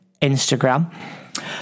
Instagram